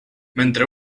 mentre